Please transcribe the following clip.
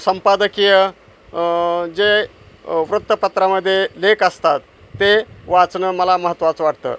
संपादकीय जे वृत्तपत्रामध्ये लेख असतात ते वाचणं मला महत्त्वाचं वाटतं